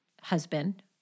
husband